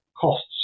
costs